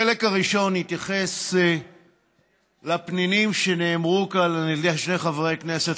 החלק הראשון יתייחס לפנינים שנאמרו כאן על ידי שני חברי כנסת,